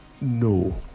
No